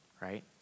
right